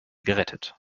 gerettet